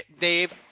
Dave